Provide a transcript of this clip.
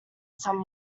some